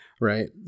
right